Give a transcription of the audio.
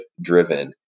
driven